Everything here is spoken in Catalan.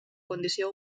condició